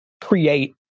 create